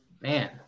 man